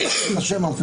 זה השם המפורש.